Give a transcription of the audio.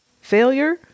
Failure